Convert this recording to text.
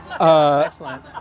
Excellent